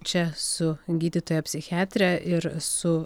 čia su gydytoja psichiatre ir su